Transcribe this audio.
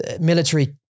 Military